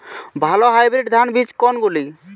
ভালো হাইব্রিড ধান বীজ কোনগুলি?